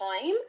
time